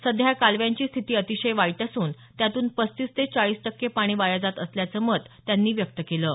सध्या या कालव्यांची स्थिती अतिशय वाईट असून त्यातून पस्तीस ते चाळीस टक्के पाणी वाया जात असल्याचं मत त्यांनी व्यक्त केलं आहे